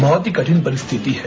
बहुत की कठिन परिस्थिति है